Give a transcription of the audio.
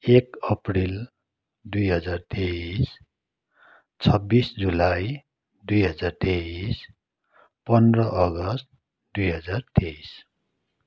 एक एप्रिल दुई हजार तेइस छब्बिस जुलाई दुई हजार तेइस पन्ध्र अगस्ट दुई हजार तेइस